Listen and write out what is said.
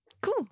cool